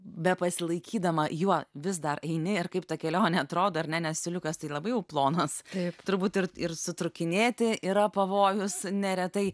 bepasilaikydama juo vis dar eini ir kaip ta kelionė atrodo ar ne nes siūliukas tai labai jau plonas taip turbūt ir ir sutrūkinėti yra pavojus neretai